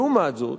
לעומת זאת,